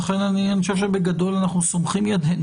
לכן אני חושב שבגדול אנחנו סומכים ידינו,